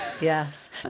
Yes